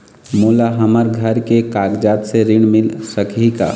मोला हमर घर के कागजात से ऋण मिल सकही का?